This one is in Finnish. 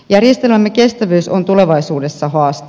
järjestelmämme kestävyys on tulevaisuudessa haaste